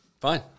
Fine